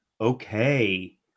Okay